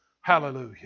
Hallelujah